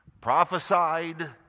Prophesied